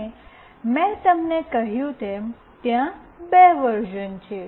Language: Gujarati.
અને મેં તમને કહ્યું તેમ ત્યાં બે વર્ઝન છે